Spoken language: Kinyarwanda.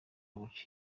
guca